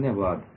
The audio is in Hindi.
धन्यवाद